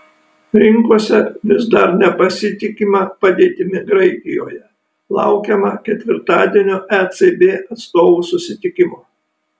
rinkose vis dar nepasitikima padėtimi graikijoje laukiama ketvirtadienio ecb atstovų susitikimo